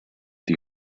the